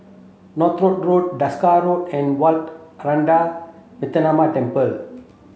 Northolt Road Desker Road and Wat Ananda Metyarama Temple